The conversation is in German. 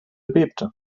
bebte